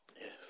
Yes